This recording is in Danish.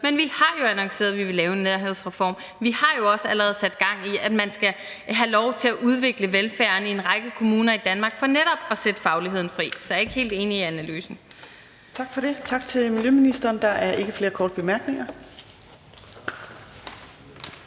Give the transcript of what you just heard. Men vi har jo annonceret, at vi vil lave en nærhedsreform. Vi har jo også allerede sat gang i, at man skal have lov til at udvikle velfærden i en række kommuner i Danmark for netop at sætte fagligheden fri. Så jeg er ikke helt enig i analysen. Kl. 18:15 Fjerde næstformand (Trine Torp): Tak for det. Tak til miljøministeren. Der er ikke flere korte bemærkninger.